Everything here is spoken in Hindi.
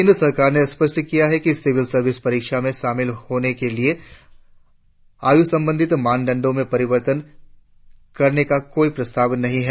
केन्द्र सरकार ने स्पष्ट किया है कि सिविल सर्विस परीक्षा में शामिल होने के लिए आयु संबंधी मानदंड में परिवर्तन करने को कोई प्रस्ताव नहीं है